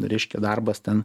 reiškia darbas ten